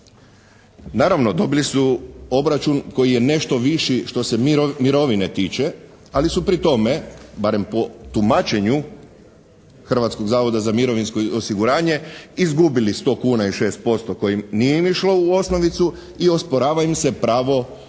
Naravno dobili su obračun koji je nešto viši što se mirovine tiče, ali su pri tome, barem po tumačenju Hrvatskog zavoda za mirovinsko osiguranje, izgubili 100 kuna i 6% koji im nije išlo u osnovicu i osporava im se pravo na